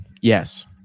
Yes